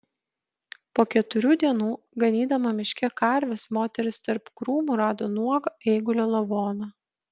po keturių dienų ganydama miške karves moteris tarp krūmų rado nuogą eigulio lavoną